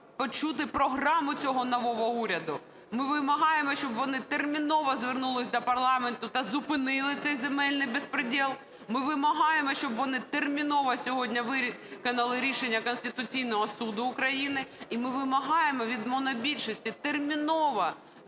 почути програму цього нового уряду, ми вимагаємо, щоб вони терміново звернулись до парламенту та зупинили цей земельний беспредел. Ми вимагаємо, щоб вони терміново сьогодні виконали рішення Конституційного Суду України. І ми вимагаємо від монобільшості терміново